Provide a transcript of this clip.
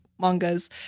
mangas